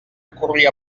corria